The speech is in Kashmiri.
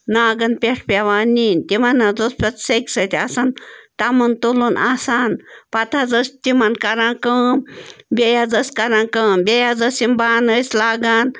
ناگَن پٮ۪ٹھ پٮ۪وان نِنۍ تِمَن حظ اوس پَتہٕ سیٚکہِ سۭتۍ آسان تَمُن تُلُن آسان پَتہٕ حظ ٲسۍ تِمَن کران کٲم بیٚیہِ حظ ٲسۍ کران کٲم بیٚیہِ حظ ٲسۍ یِم بانہٕ أسۍ لاگان